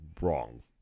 wrong